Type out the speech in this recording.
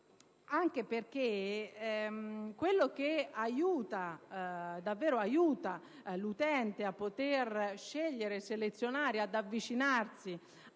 anche perché quello che aiuta davvero l'utente a scegliere, a selezionare, ad avvicinarsi